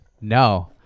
No